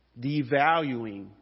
devaluing